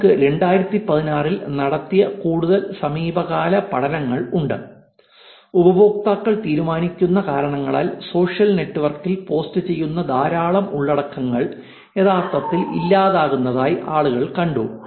നമുക്ക് 2016 ൽ നടത്തിയ കൂടുതൽ സമീപകാല പഠനങ്ങൾ ഉണ്ട് ഉപയോക്താക്കൾ തീരുമാനിക്കുന്ന കാരണങ്ങളാൽ സോഷ്യൽ നെറ്റ്വർക്കിൽ പോസ്റ്റുചെയ്യുന്ന ധാരാളം ഉള്ളടക്കങ്ങൾ യഥാർത്ഥത്തിൽ ഇല്ലാതാകുന്നതായി ആളുകൾ കണ്ടു